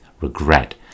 regret